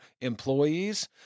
employees